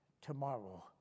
Tomorrow